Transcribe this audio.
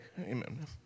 amen